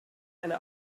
eine